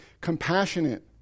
compassionate